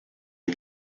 him